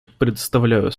предоставляю